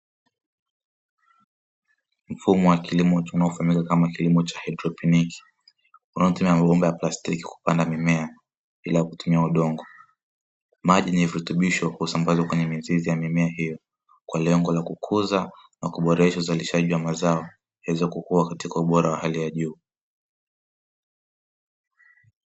Mfumo wa kilimo unaofahamika kama mfumo wa kilimo cha haidroponiki unaotumia mabomba ya plastiki kupanda mimea bila kutumia udongo, maji yenye virutubisho husambazwa kwenye mizizi ya mimea hiyo kwa lengo la kukuza na kuboresha uzalishaji wa mazao yaweze kukua katika ubora wa hali ya juu.